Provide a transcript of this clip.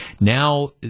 Now